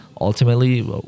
ultimately